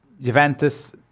Juventus